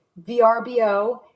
VRBO